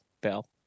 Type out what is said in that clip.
Bell